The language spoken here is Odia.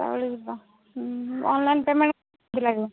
ହଉ ଯିବା ହଁ ହଁ ଅନଲାଇନ୍ ପେମେଣ୍ଟ୍